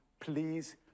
please